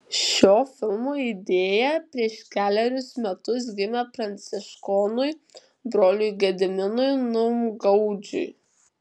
šio filmo idėja prieš kelerius metus gimė pranciškonui broliui gediminui numgaudžiui